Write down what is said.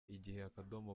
igihecom